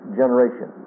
generation